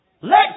Let